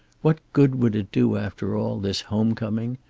what good would it do after all, this home-coming?